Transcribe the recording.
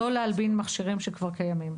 לא להלבין מכשירים שכבר קיימים.